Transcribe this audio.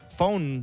phone